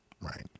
right